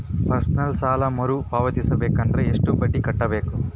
Personal ಸಾಲ ಮರು ಪಾವತಿಸಬೇಕಂದರ ಎಷ್ಟ ಬಡ್ಡಿ ಕಟ್ಟಬೇಕು?